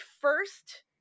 first